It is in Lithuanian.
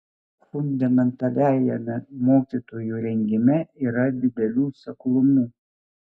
fundamentaliajame mokytojų rengime yra didelių seklumų